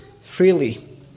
freely